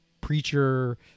preacher